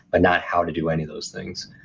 but not how to do any of those things.